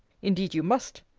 indeed you must.